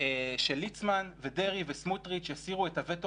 שליצמן ודרעי וסמוטריץ' יסירו את הווטו